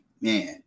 man